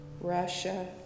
Russia